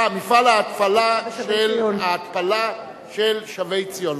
מפעל ההתפלה של שבי-ציון.